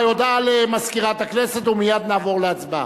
רבותי, הודעה למזכירת הכנסת, ומייד נעבור להצבעה.